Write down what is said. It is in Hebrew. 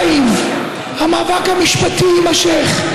2. המאבק המשפטי יימשך: